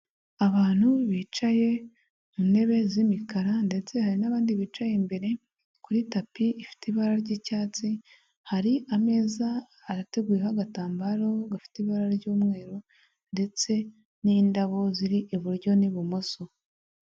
Abantu bicaye mu ntebe z'imikara ndetse hari n'abandi bicaye imbere kuri tapi ifite ibara ry'icyatsi, hari ameza arateguyeho agatambaro gafite ibara ry'umweru ndetse n'indabo ziri iburyo n'ibumoso.